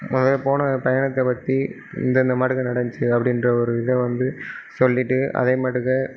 முதல்ல போன பயணத்தை பற்றி இந்தந்த மாட்டுக்கு நடந்துச்சு அப்படின்ற ஒரு இதை வந்து சொல்லிட்டு அதேமாட்டுக்கு